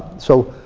so,